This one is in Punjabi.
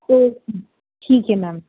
ਓਕੇ ਠੀਕ ਹੈ ਮੈਮ